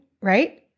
right